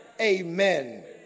Amen